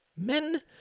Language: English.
Men